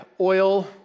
oil